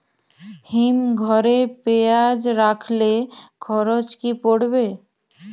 হিম ঘরে পেঁয়াজ রাখলে খরচ কি পড়বে?